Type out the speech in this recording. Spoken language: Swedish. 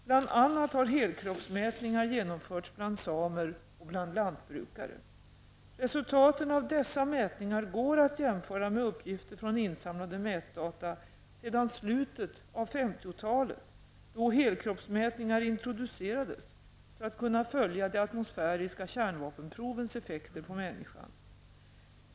Bl.a. har helkroppsmätningar genomförts bland samer och bland lantbrukare. Resultaten av dessa mätningar går att jämföra med uppgifter från insamlade mätdata sedan slutet av 50-talet, då helkroppsmätningar introducerades för att kunna följa de atmosfäriska kärnvapenprovens effekter på människan.